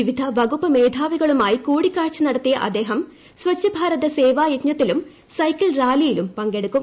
വിവിധ വകുപ്പ് മേധാവികളുമായി കൂടിക്കാഴ്ച നടത്തിയ അദ്ദേഹം സ്വച്ച് ഭാരത് സേവായജ്ഞത്തിലും സൈക്കിൾ റാലിയിലും പങ്കെടുക്കും